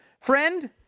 friend